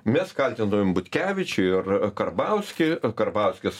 mes kaltindavom butkevičių ir karbauskį karbauskis